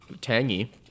tangy